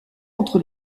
entre